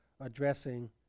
addressing